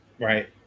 right